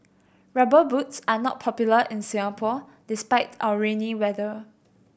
Rubber Boots are not popular in Singapore despite our rainy weather